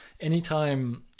anytime